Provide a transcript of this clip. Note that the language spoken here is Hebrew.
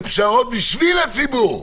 זה פשרות בשביל הציבור.